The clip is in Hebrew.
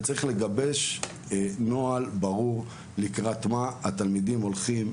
ולכן צריך לגבש נוהל ברור לקראת מה התלמידים הולכים,